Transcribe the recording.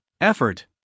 effort